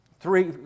Three